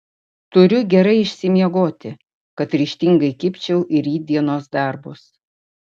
turiu gerai išsimiegoti kad ryžtingai kibčiau į rytdienos darbus